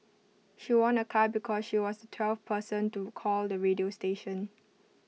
she won A car because she was twelfth person to call the radio station